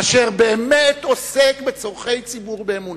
אשר באמת עוסק בצורכי ציבור באמונה,